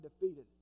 defeated